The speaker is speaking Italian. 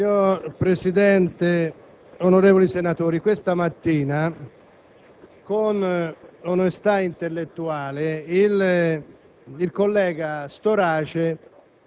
Signor Presidente, onorevoli senatori, questa mattina